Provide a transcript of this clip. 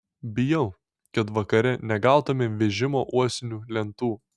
bijau kad vakare negautumėm vežimo uosinių lentų